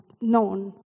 known